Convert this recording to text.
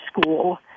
school